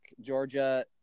Georgia